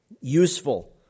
useful